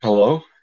Hello